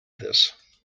this